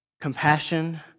compassion